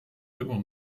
immer